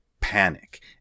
panic